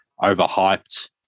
overhyped